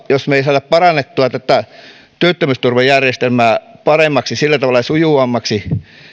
jos me emme saa parannettua tätä työttömyysturvajärjestelmää paremmaksi ja sujuvammaksi